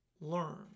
learn